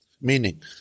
meaning